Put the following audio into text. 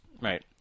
Right